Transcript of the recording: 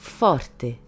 forte